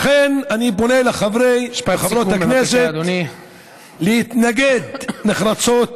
לכן, אני פונה לחברי וחברות הכנסת להתנגד נחרצות